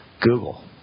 Google